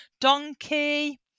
donkey